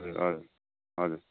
हजुर हजुर